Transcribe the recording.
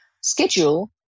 schedule